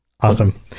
Awesome